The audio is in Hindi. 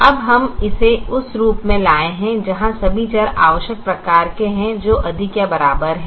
अब हम इसे उस रूप में लाए हैं जहां सभी चर आवश्यक प्रकार के हैं जो अधिक या बराबर है